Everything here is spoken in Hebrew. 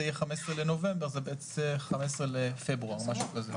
זה יהיה 15 בנובמבר, זה יצא 15 בפברואר, משהו כזה.